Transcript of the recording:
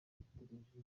biteganyijwe